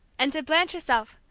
and to blanche herself,